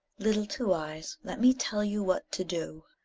little two-eyes, let me tell you what to do.